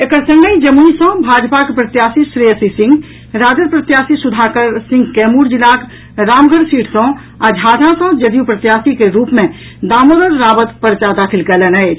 एकर संगहि जमुई सॅ भाजपाक प्रत्याशी श्रेयसी सिंह राजद प्रत्याशी सुधाकर सिंह कैमूर जिलाक रामगढ़ सीट सॅ आ झाझा सॅ जदयू प्रत्याशी के रूप मे दामोदर रावत पर्चा दाखिल कयलनि अछि